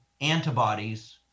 antibodies